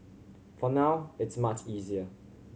for now it's much easier